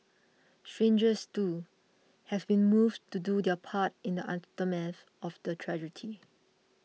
strangers too have been moved to do their part in the aftermath of the tragedy